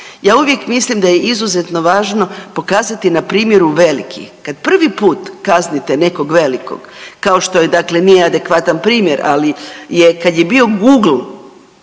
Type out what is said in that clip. Ja uvijek mislim da je izuzetno važno pokazati na primjeru velikih, kad prvi put kaznite nekog velikog, kao što je dakle, nije adekvatan primjer, ali kad je bio Google